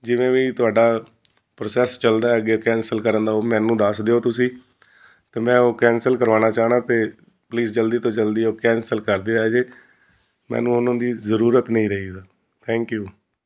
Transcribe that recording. ਜਿਵੇਂ ਵੀ ਤੁਹਾਡਾ ਪ੍ਰੋਸੈਸ ਚੱਲਦਾ ਅੱਗੇ ਕੈਂਸਲ ਕਰਨ ਦਾ ਉਹ ਮੈਨੂੰ ਦੱਸ ਦਿਓ ਤੁਸੀਂ ਅਤੇ ਮੈਂ ਉਹ ਕੈਂਸਲ ਕਰਵਾਉਣਾ ਚਾਹੁੰਦਾ ਅਤੇ ਪਲੀਜ਼ ਜਲਦੀ ਤੋਂ ਜਲਦੀ ਉਹ ਕੈਂਸਲ ਕਰ ਦੇਆ ਜੇ ਮੈਨੂੰ ਉਹਨਾਂ ਦੀ ਜ਼ਰੂਰਤ ਨਹੀਂ ਰਹੀ ਥੈਂਕ ਯੂ